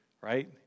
right